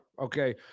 Okay